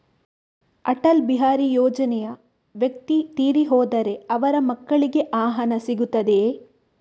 ಅಟಲ್ ಬಿಹಾರಿ ಯೋಜನೆಯ ವ್ಯಕ್ತಿ ತೀರಿ ಹೋದರೆ ಅವರ ಮಕ್ಕಳಿಗೆ ಆ ಹಣ ಸಿಗುತ್ತದೆಯೇ?